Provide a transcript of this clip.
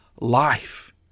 life